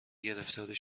گرفتاری